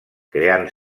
creant